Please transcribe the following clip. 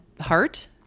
heart